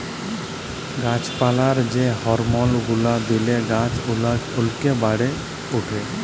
গাছ পালায় যে হরমল গুলা দিলে গাছ ওলেক বাড়ে উঠে